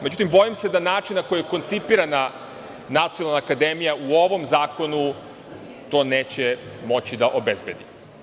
Međutim, bojim se da način na koji je koncipirana Nacionalna akademija u ovom zakonu, to neće moći da obezbedi.